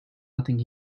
nothing